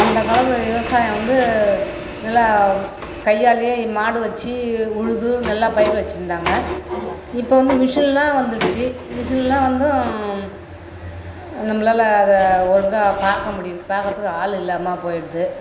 அந்த காலத்தில் விவசாயம் வந்து நல்லா கையாலேயே மாடு வச்சு உழுது நல்லா பயிர் வச்சுருந்தாங்க இப்போ வந்து மிஷின்லாம் வந்துடுச்சி மிஷின்லாம் வந்தும் நம்மளால அதை ஒழுங்காக பார்க்க முடியல பாக்கிறதுக்கும் ஆள் இல்லாமல் போயிடுது